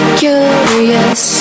curious